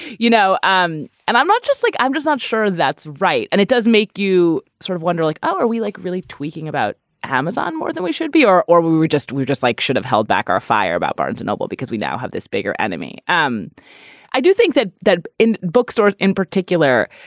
you know? and i'm not just like i'm just not sure. that's right. and it does make you sort of wonder, like, oh, are we like really tweaking about amazon more than we should be or or we we were just we're just like should have held back our fire about barnes and noble because we now have this bigger enemy. um i do think that that in bookstores in particular,